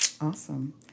awesome